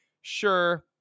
Sure